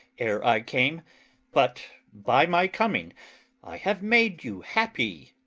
ere i came but by my coming i have made you happy.